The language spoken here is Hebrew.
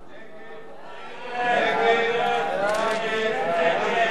ההצעה להסיר מסדר-היום את הצעת חוק איסור פרסום גזעני,